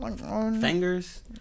fingers